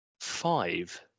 five